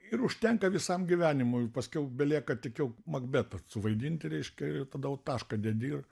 ir užtenka visam gyvenimui ir paskiau belieka tik jau makbetą suvaidinti reiškia ir tada jau tašką dedi ir